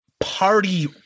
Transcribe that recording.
party